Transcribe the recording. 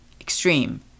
extreme